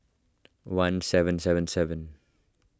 one seven seven seven